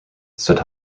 said